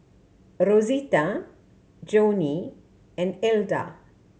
Rosita Joanie and Elda